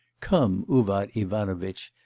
come, uvar ivanovitch,